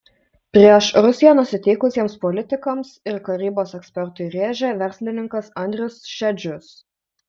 prieš rusiją nusiteikusiems politikams ir karybos ekspertui rėžė verslininkas andrius šedžius